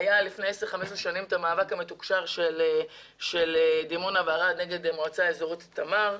לפני שנים היה המאבק המתוקשר של דימונה וערד נגד מועצה אזורית תמר.